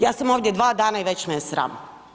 Ja sam ovdje dva dana i već me je sram.